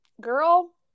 Girl